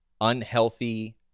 unhealthy